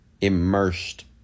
immersed